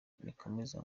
rikomeza